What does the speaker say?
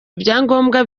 ibyangombwa